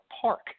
park